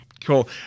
cool